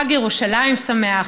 חג ירושלים שמח.